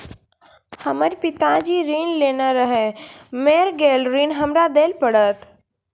हमर पिताजी ऋण लेने रहे मेर गेल ऋण हमरा देल पड़त?